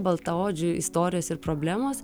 baltaodžių istorijos ir problemos